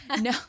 No